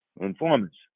informants